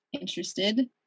interested